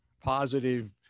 positive